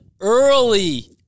Early